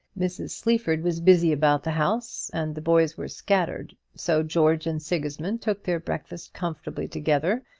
mrs. sleaford was busy about the house, and the boys were scattered so george and sigismund took their breakfast comfortably together,